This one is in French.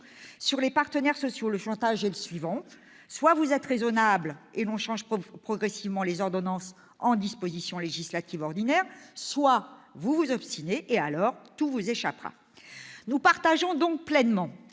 sur les partenaires sociaux. Le chantage est le suivant : soit vous êtes raisonnables et l'on transforme progressivement les ordonnances en dispositions législatives ordinaires, soit vous vous obstinez, et tout vous échappera. Nous partageons donc pleinement